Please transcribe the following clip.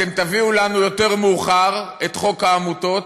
אתם תביאו לנו יותר מאוחר את חוק העמותות,